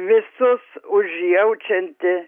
visus užjaučianti